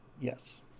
Yes